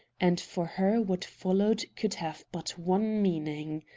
and for her what followed could have but one meaning.